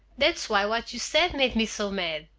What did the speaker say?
that's why what you said made me so mad.